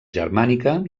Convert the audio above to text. germànica